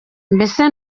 mbese